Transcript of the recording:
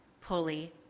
pulley